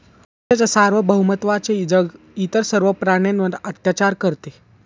माणसाच्या सार्वभौमत्वाचे जग इतर सर्व प्राण्यांवर अत्याचार करते